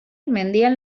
mendian